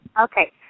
Okay